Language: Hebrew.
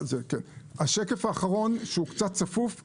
השקף האחרון שאני אציג הוא השוואה